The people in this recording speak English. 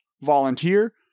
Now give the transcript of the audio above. Volunteer